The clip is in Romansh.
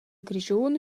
grischun